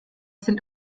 sind